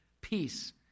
Peace